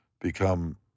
become